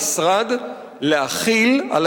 השאלה שלי היא מדוע לא יפעל המשרד להחיל על